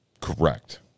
Correct